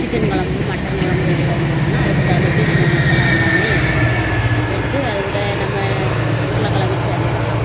chicken கொழம்பு mutton கொழம்பு எது வேணுமானாலும் அதுக்கு தகுந்தப்படி நம்ப மசாலா எல்லாமே எடுக்கணும் எடுத்து அதுக்கூட நம்ம உருளக்கெழங்கு சேர்த்துக்கிறலாம்